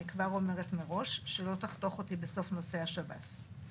אני כבר אומרת מראש שלא תחתוך אותי בסוף נושא השב"ס.